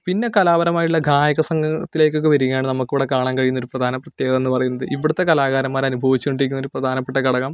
പിന്നെ കലാപരമായിട്ടുള്ള ഗായക സംഘങ്ങളിലേക്ക് ഒക്കെ വരികയാണ് നമുക്ക് ഇവിടെ കാണാൻ കഴിയുന്ന ഒരു പ്രധാന പ്രത്യേകത എന്ന് പറയുന്നത് ഇവിടുത്തെ കലാകാരന്മാർ അനുഭവിച്ചു കൊണ്ടിരിക്കുന്ന ഒരു പ്രധാനപ്പെട്ട ഘടകം